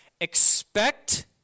expect